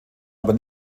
aber